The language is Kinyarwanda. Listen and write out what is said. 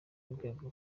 w’urwego